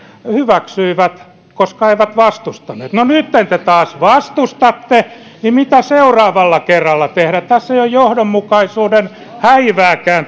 hyväksyivät tämän koska eivät vastustaneet no nytten te taas vastustatte mitä seuraavalla kerralla tehdään tässä touhussa ei ole johdonmukaisuuden häivääkään